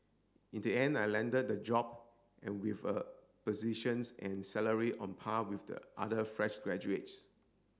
in the end I landed the job and with a positions and salary on par with the other fresh graduates